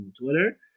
Twitter